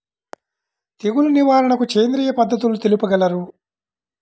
తెగులు నివారణకు సేంద్రియ పద్ధతులు తెలుపగలరు?